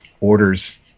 orders